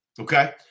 okay